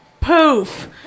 Poof